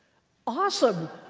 awesome.